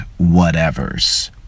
whatevers